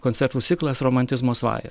koncertų ciklas romantizmo svaja